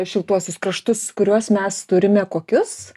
šiltuosius kraštus kuriuos mes turime kokius